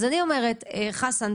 חסן,